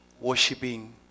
worshipping